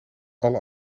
alle